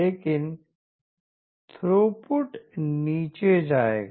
लेकिन थ्रूपुट नीचे जायेगा